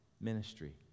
ministry